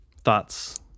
Thoughts